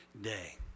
day